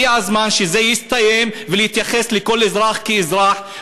הגיע הזמן שזה יסתיים ולהתייחס לכל אזרח כאל אזרח.